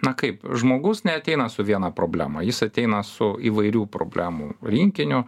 na kaip žmogus neateina su viena problema jis ateina su įvairių problemų rinkiniu